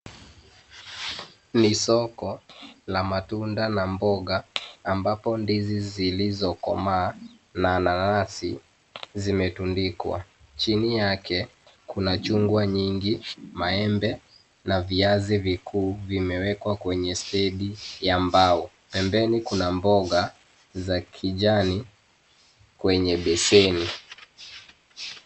Ni soko la matunda na mboga ambapo ndizi zilizokomaa na nansi zimetundikwa. Chini yake kuna chungwa nyingi maembe na viazi vikuu vimewekwa kwenye stendi ya mbao. Pembeni kuna mboga za kijani kwenye beseni.